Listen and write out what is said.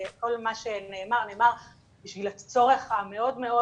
כל מה שנאמר נאמר בשביל הצורך המאוד מאוד